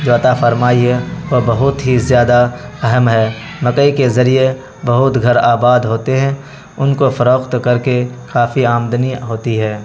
جو عطا فرمائی ہے وہ بہت ہی زیادہ اہم ہے مکئی کے ذریعے بہت گھر آباد ہوتے ہیں ان کو فروخت کر کے کافی آمدنی ہوتی ہے